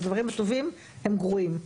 הדברים הטובים הם גרועים.